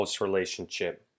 relationship